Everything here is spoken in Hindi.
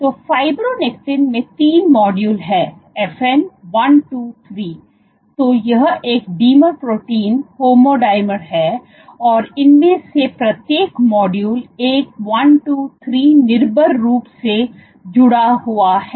तो फाइब्रोनेक्टिन में तीन मॉड्यूल है f n 1 2 3 तो यह एक ढीमर प्रोटीन होमो ढीमर है और इनमें से प्रत्येक मॉड्यूल 123 निर्भर रूप से जुड़ा हुआ है